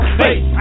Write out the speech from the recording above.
face